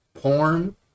Porn